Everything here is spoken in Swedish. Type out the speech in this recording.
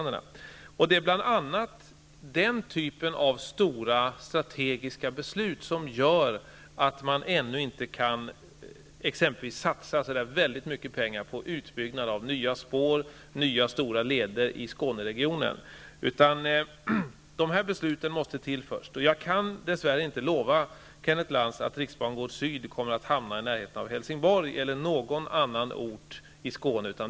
Det är bl.a. den typen av stora strategiska beslut som gör att man ännu inte kan satsa så mycket pengar på utbyggnad av nya spår och nya stora leder i Skåneregionen. Man måste först fatta de stora besluten. Jag kan dess värre inte lova Kenneth Lantz att riksbangård Syd kommer att hamna i närheten av Helsingborg eller i någon annan ort i Skåne.